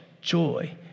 joy